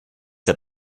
der